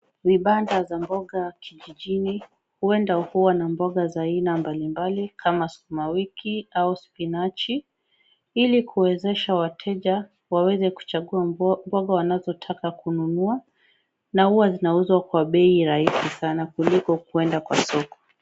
Vibanda za mboga kijijini huenda huwa na mboga za aina mbalimbali kama sukuma wiki au spinach ili kuwezesha wateja waweze kuchagua mboga wanazotaka kununua na huwa zinauzwa kwa bei rahisi sana kuliko kuenda kwa soko.